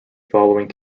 following